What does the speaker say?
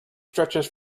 stretches